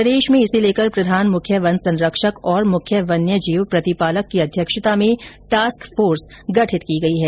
प्रदेश में भी इसे लेकर प्रधान मुख्य वन संरक्षक और मुख्य वन्य जीव प्रतिपालक की अध्यक्षता में टास्क फोर्स गठित की गई है